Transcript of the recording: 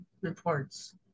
reports